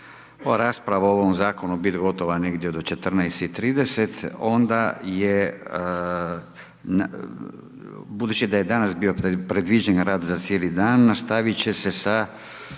rasprava o ovom Zakonu biti gotovo negdje do 14:30 sati, onda je, budući da je danas bio predviđen rad za cijeli dan, nastavit će se sa